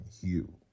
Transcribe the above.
Hugh